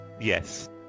Yes